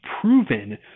proven